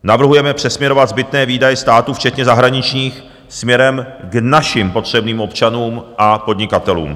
Navrhujeme přesměrovat zbytné výdaje státu včetně zahraničních směrem k našim potřebným občanům a podnikatelům.